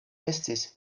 estis